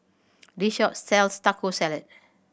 this shop sells Taco Salad